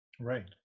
Right